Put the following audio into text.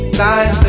life